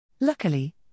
Luckily